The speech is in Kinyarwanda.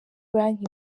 banki